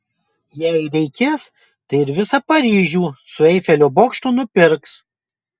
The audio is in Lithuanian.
jei reikės tai ir visą paryžių su eifelio bokštu nupirks